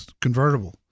convertible